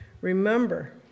Remember